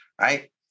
Right